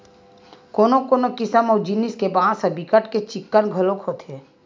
कोनो कोनो किसम अऊ जिनिस के बांस ह बिकट के चिक्कन घलोक होथे